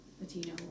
Latino